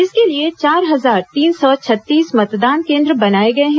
इसके लिए चार हजार तीन सौ छत्तीस मतदान केंद्र बनाए गए हैं